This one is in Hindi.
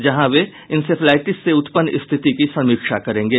जहां वे इंसेफ्लाईटिस से उत्पन्न स्थिति की समीक्षा करेंगे